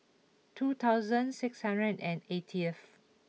two thousand six hundred and eightieth